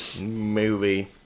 Movie